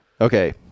Okay